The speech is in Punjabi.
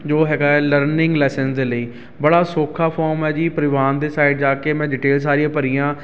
ਜੋ ਹੈਗਾ ਹੈ ਲਰਨਿੰਗ ਲਾਈਸੈਂਸ ਦੇ ਲਈ ਬੜਾ ਸੌਖਾ ਫੋਮ ਹੈ ਜੀ ਪਰਿਵਾਹਨ ਦੇ ਸਾਈਡ ਜਾ ਕੇ ਮੈਂ ਡਿਟੇਲ ਸਾਰੀਆਂ ਭਰੀਆਂ